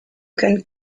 can